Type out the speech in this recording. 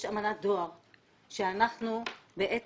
יש אמנת דואר שאנחנו בעצם